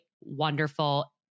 wonderful